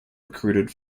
recruited